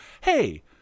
hey